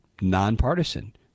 nonpartisan